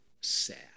sad